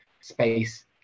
space